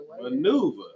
Maneuver